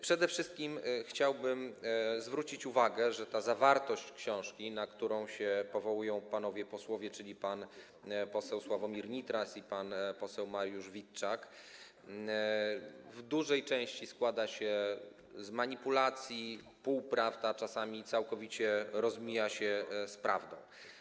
Przede wszystkim chciałbym zwrócić uwagę, że jeśli chodzi o zawartość książki, na którą się powołują panowie posłowie, czyli pan poseł Sławomir Nitras i pan poseł Mariusz Witczak, w dużej części składa się ona z manipulacji, półprawd, a czasami całkowicie rozmija się z prawdą.